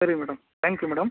ಸರಿ madam thank you madam